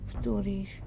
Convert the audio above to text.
stories